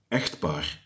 echtpaar